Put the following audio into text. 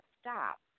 stop